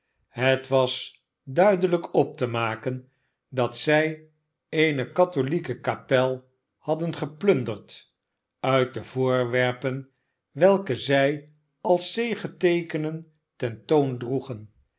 het was duidelijk op te maken dat zij eene katholieke kapel hadden geplunderd uit de voorwerpen welke zij als zegeteekenen ten toon droegen